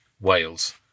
Wales